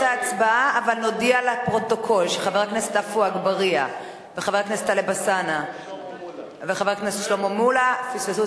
ההצעה להעביר את